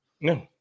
No